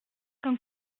qu’un